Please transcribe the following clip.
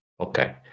okay